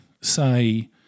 say